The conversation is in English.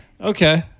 Okay